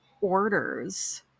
orders